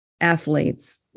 athletes